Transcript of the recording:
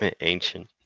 Ancient